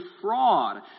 fraud